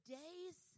days